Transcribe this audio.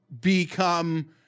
become